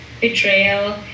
betrayal